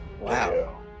wow